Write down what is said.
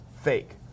fake